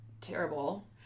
terrible